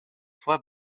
fois